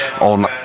on